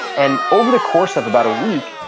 and over the course of about a week,